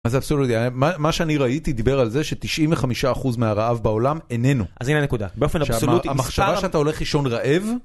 אז אבסולוטי, מה שאני ראיתי, דיבר על זה ש-95% מהרעב בעולם איננו. אז הנה הנקודה, באופן אבסולוטי, שהמחשבה שאתה הולך לישון רעב...